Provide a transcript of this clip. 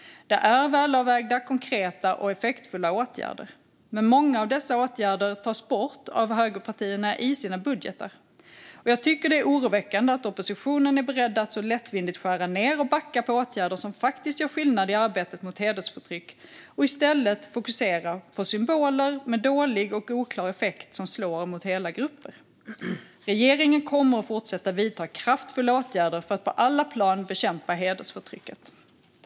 Det är välavvägda, konkreta och effektfulla åtgärder, men många av dessa åtgärder tar högerpartierna bort ur sina budgetar. Jag tycker att det är oroväckande att oppositionen är beredd att så lättvindigt skära ned på och backa gällande åtgärder som faktiskt gör skillnad i arbetet mot hedersförtryck och i stället fokusera på symboler, vilket har dålig och oklar effekt och slår mot hela grupper. Regeringen kommer att fortsätta vidta kraftfulla åtgärder för att på alla plan bekämpa hedersförtrycket.